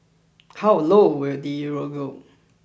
how low will the Euro go